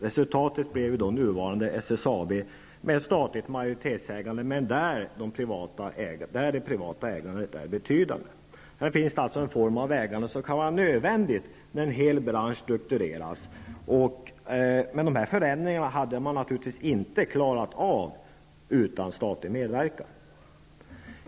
Resultatet blev nuvarande SSAB, med statligt majoritetsägande men med ett betydande privat ägande. Detta är alltså en form av ägande som kan vara nödvändig när en hel bransch struktureras. Men man hade naturligtvis inte klarat av dessa förändringar utan statlig medverkan.